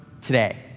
today